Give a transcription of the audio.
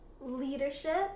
leadership